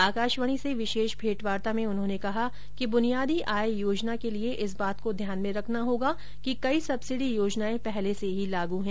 आकाशवाणी से विशेष भेंटवार्ता में उन्होंने कहा कि बुनियादी आय योजना के लिए इस बात को ध्यान में रखना होगा कि कई सब्सिडी योजनाएं पहले से ही लागू हैं